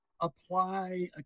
apply